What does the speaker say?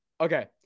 Okay